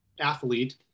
athlete